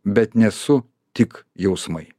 bet nesu tik jausmai